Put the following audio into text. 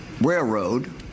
railroad